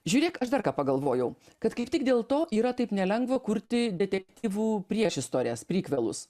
žiūrėk aš dar ką pagalvojau kad kaip tik dėl to yra taip nelengva kurti detektyvų priešistorės prikvelus